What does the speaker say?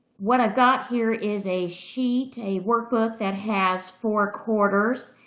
what i've got here is a sheet, a workbook, that has four quarters.